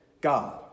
God